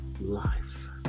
life